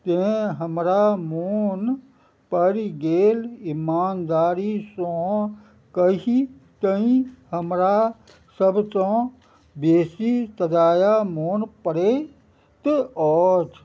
तेँ हमरा मोन पड़ि गेल इमानदारीसँ कहितहि हमरा सबसॅं बेसी तगेदा मोन पड़ैत अछि